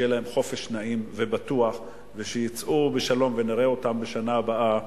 שיהיה להם חופש נעים ובטוח ושיצאו בשלום ונראה אותם גם בשנה הבאה